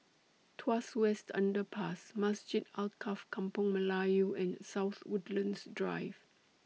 Tuas West Underpass Masjid Alkaff Kampung Melayu and South Woodlands Drive